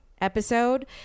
episode